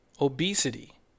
obesity